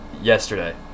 yesterday